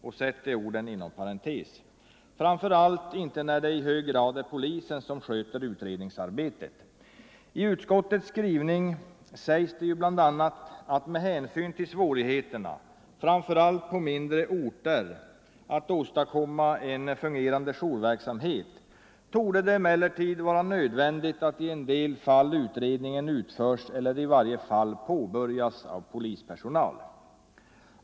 Jag tror framför allt inte på det när det är polisen som i hög grad sköter utredningsarbetet. I utskottets skrivning sägs det ju bl.a. att ”med hänsyn till svårigheterna att framför allt på mindre orter åstadkomma en fungerande jourverksamhet torde det emellertid vara nödvändigt att i en del fall utredningen utförs eller i vart fall påbörjas av polispersonal”.